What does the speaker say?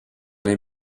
les